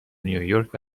نیویورک